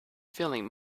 feeling